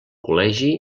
col·legi